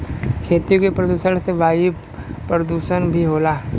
खेती के प्रदुषण से वायु परदुसन भी होला